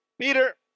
Peter